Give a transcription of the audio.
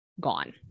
gone